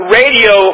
radio